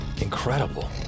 Incredible